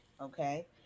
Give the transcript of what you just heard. okay